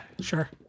sure